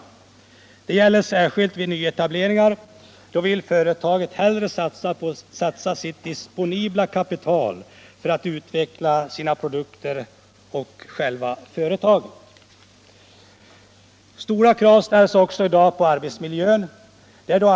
Detta gäller särskilt vid nyetableringar. Då vill företagen hellre satsa sitt disponibla kapital för att utveckla sina produkter och själva företaget. Stora krav ställs i dag också på arbetsmiljön.